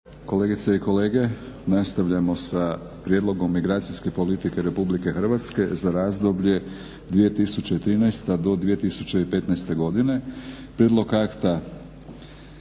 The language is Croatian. Kolegice i kolege nastavljamo sa - Prijedlog migracijske politike Republike Hrvatske za razdoblje 2013. – 2015. godine Predlagatelj